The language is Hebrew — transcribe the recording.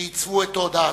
שעיצבו את תודעתם.